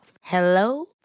Hello